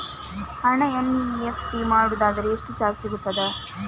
ಹಣ ಎನ್.ಇ.ಎಫ್.ಟಿ ಮಾಡುವುದಾದರೆ ಎಷ್ಟು ಚಾರ್ಜ್ ಆಗುತ್ತದೆ?